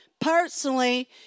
personally